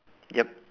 yup